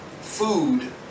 food